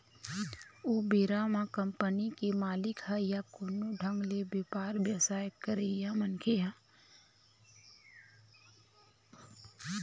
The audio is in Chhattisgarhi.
ओ बेरा म कंपनी के मालिक ह या कोनो ढंग ले बेपार बेवसाय करइया मनखे ह